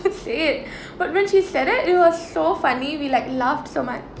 to say it but when she said that it was so funny we like laughed so much